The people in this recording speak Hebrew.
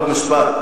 חוק ומשפט,